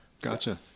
gotcha